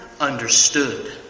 understood